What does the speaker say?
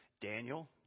Daniel